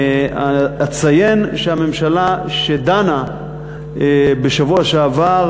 אציין שהממשלה שדנה בשבוע שעבר